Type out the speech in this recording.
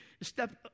step